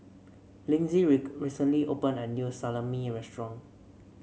Linzy recently opened a new Salami restaurant